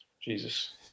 Jesus